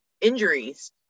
injuries